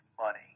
money